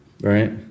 Right